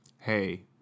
hey